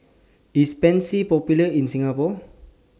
IS Pansy Popular in Singapore